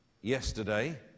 yesterday